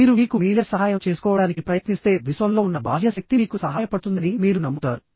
మీరు మీకు మీరే సహాయం చేసుకోవడానికి ప్రయత్నిస్తే విశ్వంలో ఉన్న బాహ్య శక్తి మీకు సహాయపడుతుందని మీరు నమ్ముతారు